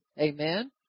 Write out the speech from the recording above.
Amen